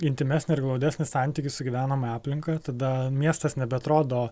intymesnį ir glaudesnį santykį su gyvenama aplinka tada miestas nebeatrodo